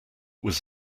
was